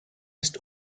ist